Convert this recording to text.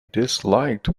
disliked